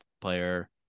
player